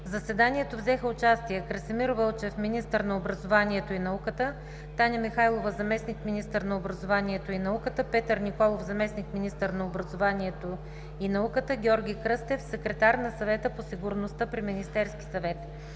В заседанието взеха участие Красимир Вълчев – министър на образованието и науката; Таня Михайлова – заместник-министър на образованието и науката; Петър Николов – заместник-министър на образованието и науката; Георги Кръстев – секретар на Съвета по сигурността при Министерския съвет.